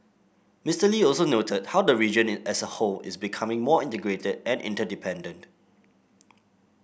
Mister Lee also noted how the region as a whole is becoming more integrated and interdependent